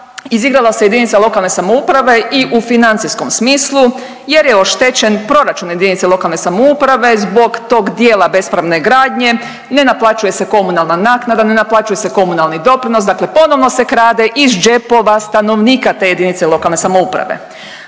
izigrala se jedinice lokalne samouprave i u financijskom smislu jer je oštećen proračun jedinice lokalne samouprave zbog tog dijela bespravne gradnje, ne naplaćuje se komunalna naknada, ne naplaćuje se komunalni doprinos dakle ponovno se krade iz džepova stanovnika te jedinice lokalne samouprave.